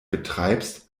betreibst